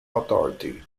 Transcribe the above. authority